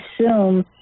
assume